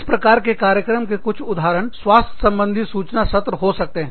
इस प्रकार के कार्यक्रम के कुछ उदाहरण स्वास्थ्य संबंधी सूचना सत्र हो सकते हैं